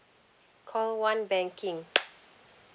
call one banking